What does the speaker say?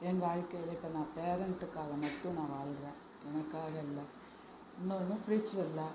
என் வாழ்க்கையில் இப்போ நான் பேரன்ட்டுக்காக மட்டும் நான் வாழ்கிறேன் எனக்காக இல்லை இன்னொன்று ஸ்ப்ரிச்சுவல்லா